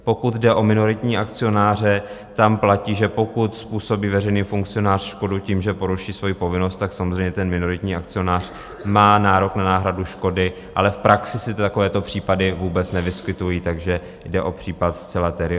Pokud jde o minoritní akcionáře, tam platí, že pokud způsobí veřejný funkcionář škodu tím, že poruší svoji povinnost, samozřejmě minoritní akcionář má nárok na náhradu škody, ale v praxi se takovéto případy vůbec nevyskytují, takže jde o případ zcela teoretický.